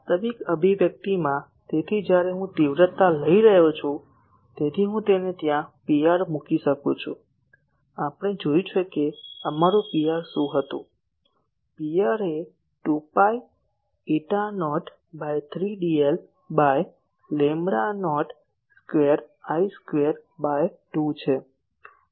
વાસ્તવિક અભિવ્યક્તિમાં તેથી જ્યારે હું તીવ્રતા લઈ રહ્યો છું તેથી હું તેને ત્યાં Pr મૂકી શકું છું આપણે જોયું છે કે અમારું Pr શું હતું Pr એ 2 pi eta naught by 3 dl by lambda naught square I square by 2 છે